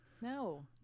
No